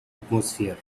atmosphere